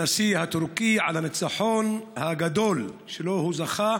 הנשיא הטורקי, על הניצחון הגדול שבו הוא זכה,